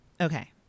Okay